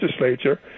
legislature